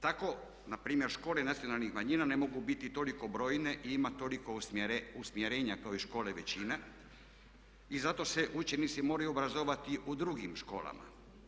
Tako npr. škole nacionalnih manjina ne mogu biti toliko brojne i imati toliko usmjerenja kao i škole većine i zato se učenici moraju obrazovati u drugim školama.